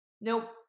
Nope